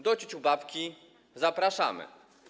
Do ciuciubabki zapraszamy.